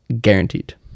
Guaranteed